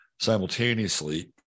simultaneously